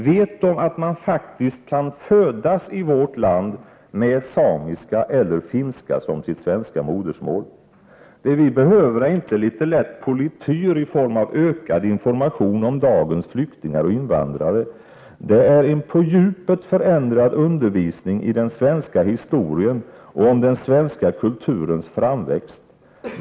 Vet de att man faktiskt kan födas i vårt land med samiska eller finska som sitt modersmål? Det vi behöver är inte litet lätt polityr i form av ökad information om dagens flyktingar och invandrare, det är en på djupet förändrad undervisning i den svenska historien och om den svenska kulturens framväxt.